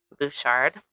Bouchard